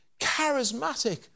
charismatic